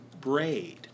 braid